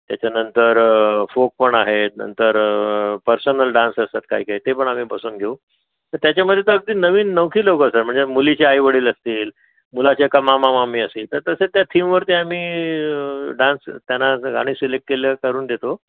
त्याच्यानंतर फोक पण आहेत नंतर पर्सनल डान्स असतात काहीकाही ते पण आम्ही बसवून घेऊ तर त्याच्यामध्ये तर अगदी नवीन नवखी लोकं असतात म्हणजे मुलीचे आईवडील असतील मुलाच्या का मामा मामी असेल तर तसे त्या थीमवरती आम्ही डान्स त्यांना गाणी सिलेक्ट केल्या करून देतो